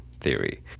theory